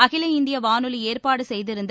அகில இந்திய வானொலி ஏற்பாடு செய்திருந்த